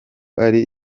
ari